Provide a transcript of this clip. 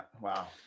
wow